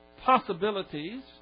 possibilities